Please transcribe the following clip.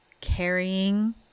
carrying